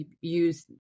use